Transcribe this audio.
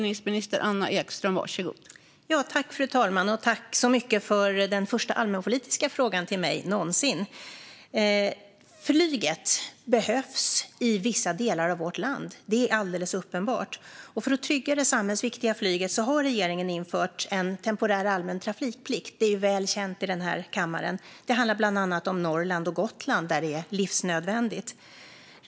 Fru talman! Jag tackar så mycket för den första allmänpolitiska frågan till mig någonsin. Flyget behövs i vissa delar av vårt land. Det är alldeles uppenbart. För att trygga det samhällsviktiga flyget har regeringen infört en temporär allmän trafikplikt. Det är väl känt i den här kammaren. Det handlar bland annat om Norrland och Gotland, där det är livsnödvändigt.